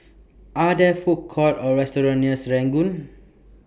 Are There Food Courts Or restaurants near Serangoon